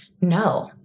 No